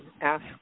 ask